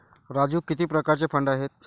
राजू किती प्रकारचे फंड आहेत?